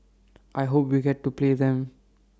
I hope we get to play them